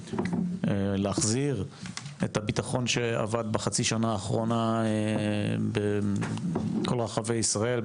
להחזיר את הביטחון שאבד בחצי השנה האחרונה בכל רחבי ישראל,